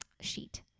sheet